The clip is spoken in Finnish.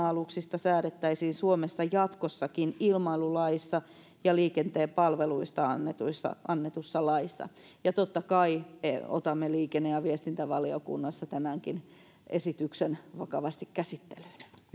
aluksista säädettäisiin suomessa jatkossakin ilmailulaissa ja liikenteen palveluista annetussa laissa ja totta kai otamme liikenne ja viestintävaliokunnassa tämänkin esityksen vakavasti käsittelyyn